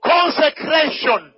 consecration